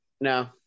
No